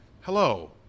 hello